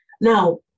Now